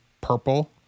purple